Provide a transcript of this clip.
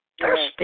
thirsty